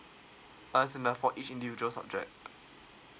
for each individual subject